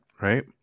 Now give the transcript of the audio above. Right